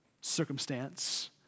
circumstance